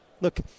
Look